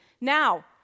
now